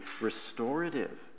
restorative